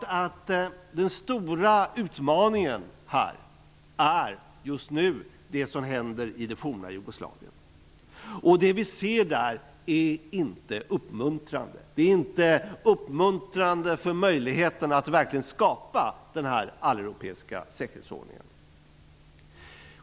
Den stora utmaningen här just nu är givetvis det som händer i det forna Jugoslavien. Det som vi ser där är inte uppmuntrande för möjligheterna att verkligen skapa en alleuropeisk säkerhetsordning.